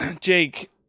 jake